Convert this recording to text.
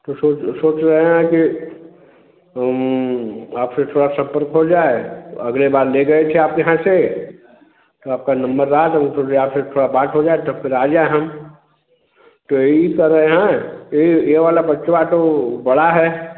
तो सोच सोच रहे हैं कि हम्म आप से थोड़ा संपर्क हो जाए अगली बार ले गए थे आपके यहाँ से तो आपका नंबर रहा तो उस वजह थोड़ा बात हो जाए तो फिर आ जाए हम तो यही कह रहे हैं कि यह वाला बच्चवा तो बड़ा है